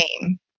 game